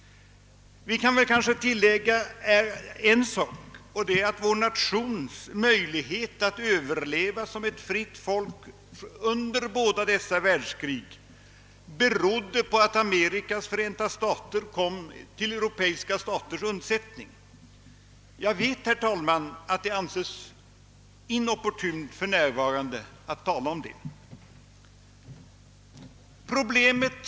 Vi kan väl också tillägga att vår nations möjligheter att överleva som ett fritt folk under båda dessa världskrig berodde på att Amerikas förenta stater kom till europeiska staters undsättning. Jag vet, herr talman, att det är inopportunt att tala om det för närvarande.